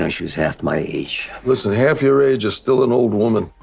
ah she was half my age. listen, half your age is still an old woman.